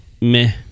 meh